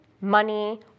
money